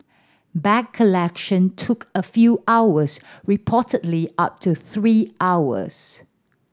bag collection took a few hours reportedly up to three hours